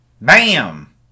BAM